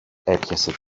έπιασε